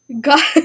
God